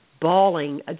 bawling